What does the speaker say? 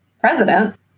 president